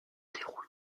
déroule